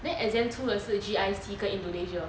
then exam 出的是 G_I_C 跟 indonesia